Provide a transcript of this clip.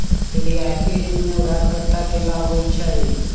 रियायती ऋण में उधारकर्ता के लाभ होइ छइ